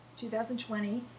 2020